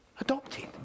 adopted